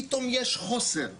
פתאום יש חוסר,